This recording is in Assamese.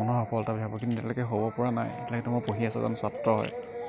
মানুহৰ সফলতা বুলি ভাবোঁ কিন্তু এতিয়ালৈকে হ'ব পৰা নাই এতিয়ালৈকেতো মই পঢ়ি আছোঁ এজন ছাত্ৰ হৈ